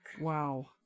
Wow